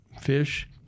fish